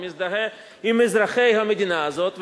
ומזדהה עם אזרחי המדינה הזאת.